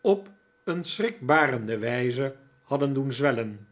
op een schrikbarende wijze hadden doen zwellen